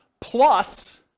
plus